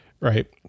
Right